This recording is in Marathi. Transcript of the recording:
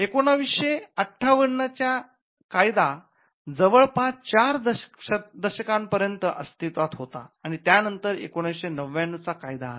१९५८ चा कायदा जवळपास चार दशकांपर्यंत अस्तित्त्वात होता आणि त्यानंतर १९९९ चा कायदा आला